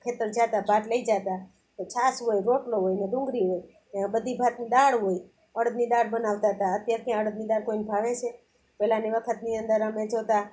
ખેતર જતાં ભાત લઈ જતાં તો છાશ હોય રોટલો હોય ને ડુંગળી હોય ત્યાં બધી ભાતની દાળ હોય અડદની દાળ બનાવતા હતા અત્યારે ક્યાં અડદની દાળ કોઈને ભાવે છે પહેલાંની વખતની અંદર અમે જોતાં